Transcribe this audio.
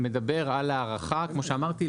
מדבר על הארכה כמו שאמרתי,